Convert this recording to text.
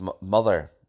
mother